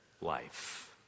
life